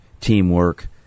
teamwork